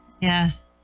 Yes